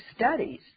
studies